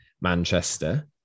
manchester